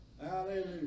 Hallelujah